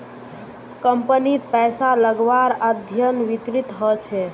कम्पनीत पैसा लगव्वार अध्ययन वित्तत ह छेक